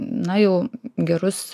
na jau gerus